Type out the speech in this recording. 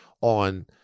on